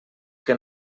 que